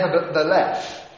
Nevertheless